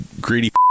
greedy